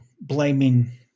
blaming